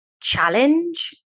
challenge